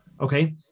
okay